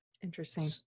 Interesting